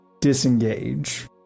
Disengage